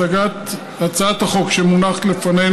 הצעת החוק שמונחת לפנינו,